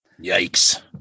Yikes